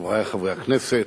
חברי חברי הכנסת,